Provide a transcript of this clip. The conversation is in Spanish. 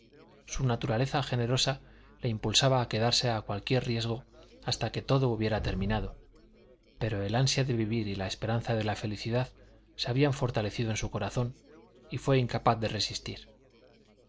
su naturaleza generosa le impulsaba a quedarse a cualquier riesgo hasta que todo hubiera terminado pero el ansia de vivir y la esperanza de la felicidad se habían fortalecido en su corazón y fué incapaz de resistir